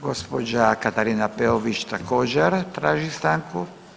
Gospođa Katarina Peović također traži stanku.